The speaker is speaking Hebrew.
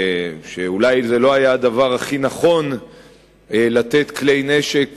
שאולי זה לא היה הדבר הכי נכון לתת כלי נשק